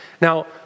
Now